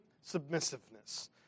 submissiveness